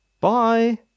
Bye